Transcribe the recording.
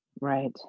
Right